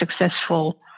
successful